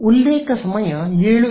ಉಲ್ಲೇಖ ಸಮಯ 0728